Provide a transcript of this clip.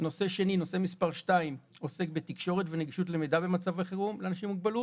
הנושא השני עוסק בתקשורת ונגישות למידע במצבי חירום לאנשים עם מוגבלות.